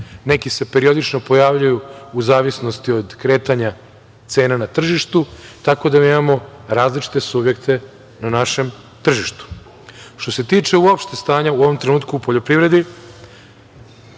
neki se periodično pojavljuju u zavisnosti od kretanja cena na tržištu, tako da mi imamo različite subjekte na našem tržištu. Što se tiče uopšte stanja u ovom trenutku u poljoprivredi,